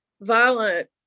violent